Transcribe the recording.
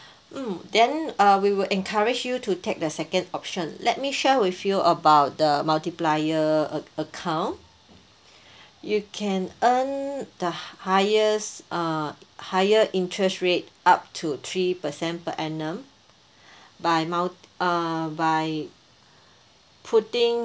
mm then uh we will encourage you to take the second option let me share with you about the multiplier ac~ account you can earn the highest uh higher interest rate up to three percent per annum by moun~ um by putting